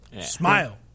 Smile